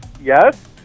Yes